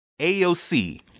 AOC